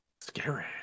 Scary